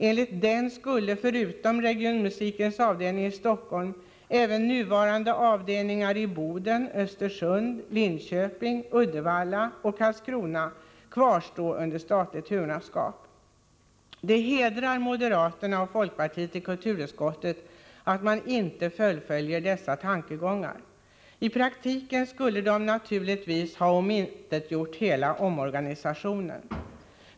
Enligt denna skulle, förutom regionmusikens avdelning i Stockholm, även nuvarande avdelningar i Boden, Östersund, Linköping, Uddevalla och Karlskrona kvarstå under statligt huvudmannaskap. Det hedrar moderaternas och folkpartiets representanter i kulturutskottet att man inte fullföljer dessa tankegångar. I praktiken skulle de naturligtvis ha omintetgjort hela omorganisationen.